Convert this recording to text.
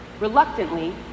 Reluctantly